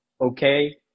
okay